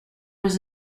was